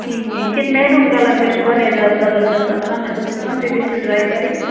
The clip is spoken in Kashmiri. ٹھیٖک ٹھیٖک کِن میروٗن کَلَر تہِ چھِ واریاہ زیادٕ زَبردَس آسان اگر تُہۍ تِم تہِ ویٚژھِو ٹرٛاے کَرٕنۍ